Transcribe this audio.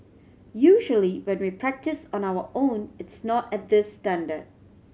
usually when we practise on our own it's not at this standard